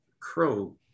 crow